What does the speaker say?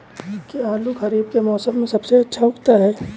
क्या आलू खरीफ के मौसम में सबसे अच्छा उगता है?